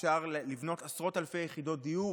אפשר לבנות עשרות אלפי יחידות דיור